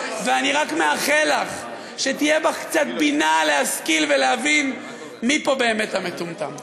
ואני רק מאחל לך שתהיה בך קצת בינה להשכיל ולהבין מי פה באמת המטומטם.